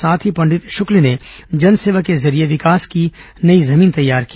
साथ ही पंडित शुक्ल ने जनसेवा के जरिये विकास की नई जमीन तैयार की